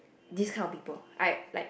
this kind of people I'm like